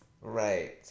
right